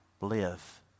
live